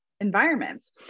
environments